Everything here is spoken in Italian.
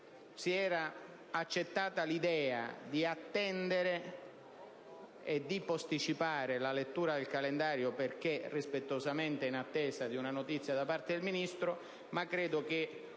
stata accettata l'idea di attendere la lettura del calendario perché rispettosamente in attesa di una notizia da parte del Ministro, ma credo che